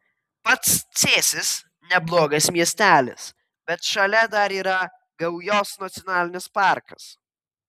pats cėsis neblogas miestelis bet šalia dar yra gaujos nacionalinis parkas